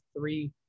three